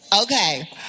Okay